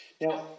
Now